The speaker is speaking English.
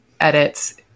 edits